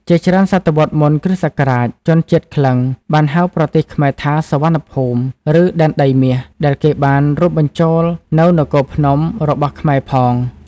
ជាច្រើនសតវត្សរ៍មុនគ្រិស្តសករាជជនជាតិក្លិង្គ បានហៅ ប្រទេសខ្មែរថា សុវណ្ណភូមិ ឬ ដែនដីមាស ដែលគេបានរួមបញ្ចូលនូវនគរភ្នំ របស់ខ្មែរផង។